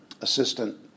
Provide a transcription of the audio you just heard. assistant